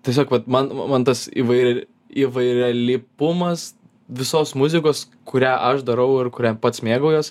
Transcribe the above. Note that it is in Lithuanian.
tiesiog vat man man tas įvair įvairialypumas visos muzikos kurią aš darau ir kuria pats mėgaujuos